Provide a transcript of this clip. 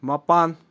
ꯃꯄꯥꯟ